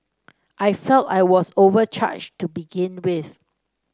I felt I was overcharged to begin with